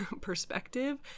perspective